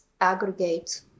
aggregate